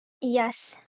Yes